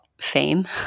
fame